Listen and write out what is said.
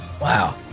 Wow